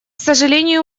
сожалению